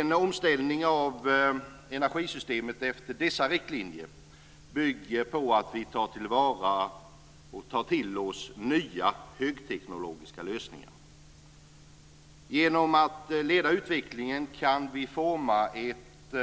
En omställning av energisystemet efter dessa riktlinjer bygger på att vi tar till vara och tar till oss nya högteknologiska lösningar. Genom att leda utvecklingen kan vi forma ett